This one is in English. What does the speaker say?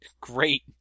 Great